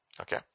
Okay